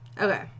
Okay